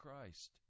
Christ